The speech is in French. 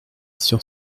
sur